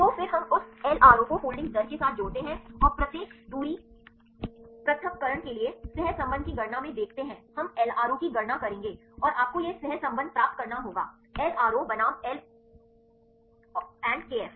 तो फिर हम उस एलआरओ को फोल्डिंग दर के साथ जोड़ते हैं और प्रत्येक दूरी पृथक्करण के लिए सहसंबंध की गणना में देखते हैं हम एलआरओ की गणना करेंगे और आपको यह सहसंबंध प्राप्त करना होगा एलआरओ बनाम एल और केएफ